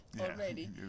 already